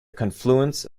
confluence